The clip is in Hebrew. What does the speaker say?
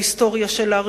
ההיסטוריה שלה,